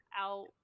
out